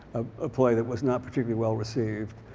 a play that was not particularly well received.